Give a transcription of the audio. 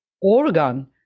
organ